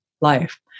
life